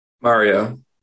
Mario